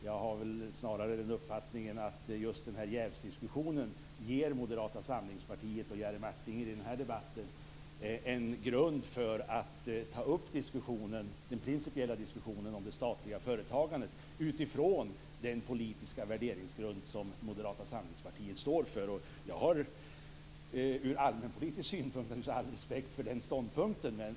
Jag har snarare uppfattningen att jävsfrågan ger Moderata samlingspartiet, och Jerry Martinger, en möjlighet att baserat på deras politiska värderingsgrund ta upp den principiella diskussionen om det statliga företagandet i den här debatten. Från allmänpolitisk synpunkt har jag all respekt för den ståndpunkten.